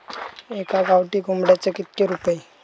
एका गावठी कोंबड्याचे कितके रुपये?